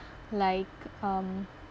like um